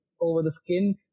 over-the-skin